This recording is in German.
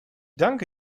danke